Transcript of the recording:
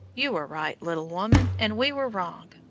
you were right, little woman, and we were wrong.